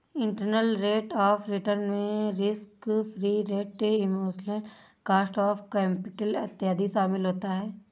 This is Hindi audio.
इंटरनल रेट ऑफ रिटर्न में risk free rate, inflation, cost of capital इत्यादि शामिल होता है